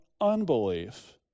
unbelief